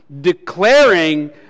declaring